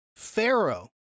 pharaoh